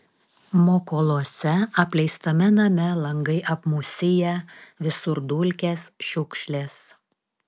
mokoluose apleistame name langai apmūsiję visur dulkės šiukšlės